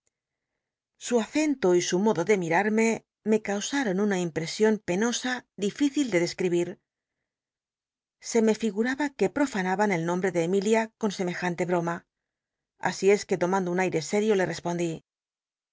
su acento y su modo de mirarme me caus ll'on una impresion penosa difícil de describir se me figuraba que profanaban el nombre de emili t con semejante broma a í es que lomando un nir'c sério le respondí